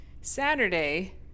Saturday